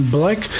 Black